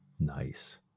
Nice